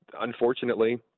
unfortunately